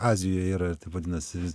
azijoje ir taip vadinasi